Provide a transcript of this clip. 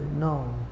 No